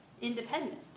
independent